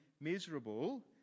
miserable